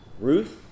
Ruth